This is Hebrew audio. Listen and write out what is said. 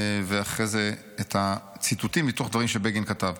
ואחרי זה הציטוטים מתוך דברים שבגין כתב.